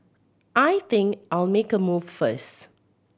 I think I'll make a move first